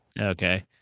Okay